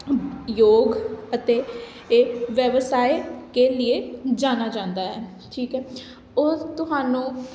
ਯੋਗ ਅਤੇ ਇਹ ਵੈਬਸਾਏ ਦੇ ਲਈ ਜਾਣਿਆ ਜਾਂਦਾ ਹੈ ਠੀਕ ਹੈ ਉਹ ਤੁਹਾਨੂੰ